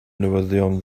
newyddion